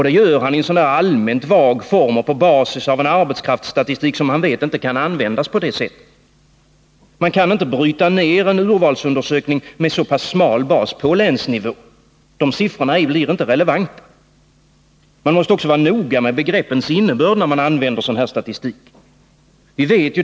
Det gör han i allmänt vag form och på basis av en arbetskraftsstatistik som han vet inte kan användas på det sättet. Man kan inte bryta ned en urvalsundersökning med så pass smal bas på länsnivå. Siffrorna blir inte relevanta. När man använder en sådan här statistik måste man också vara noga med begreppens innebörd.